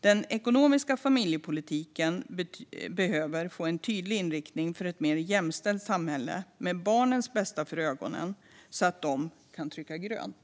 Den ekonomiska familjepolitiken behöver få en tydlig inriktning för ett mer jämställt samhälle med barnens bästa för ögonen, så att de kan trycka grönt.